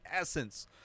essence